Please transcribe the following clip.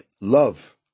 love